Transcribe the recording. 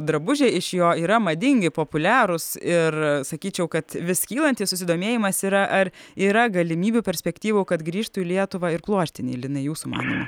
drabužiai iš jo yra madingi populiarūs ir sakyčiau kad vis kylantis susidomėjimas yra ar yra galimybių perspektyvų kad grįžtų į lietuvą ir pluoštiniai linai jūsų manymu